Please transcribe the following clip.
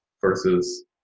versus